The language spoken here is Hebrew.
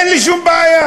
אין לי שום בעיה.